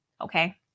Okay